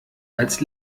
als